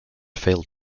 failed